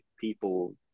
people